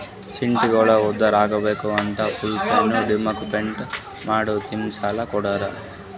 ಸಿಟಿಗೋಳ ಉದ್ಧಾರ್ ಆಗ್ಬೇಕ್ ಅಂತ pooled finance development fund scheme ಸಾಲ ಕೊಡ್ತುದ್